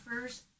first